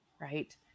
right